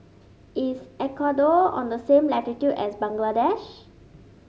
is Ecuador on the same latitude as Bangladesh